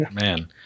man